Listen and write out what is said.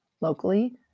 Locally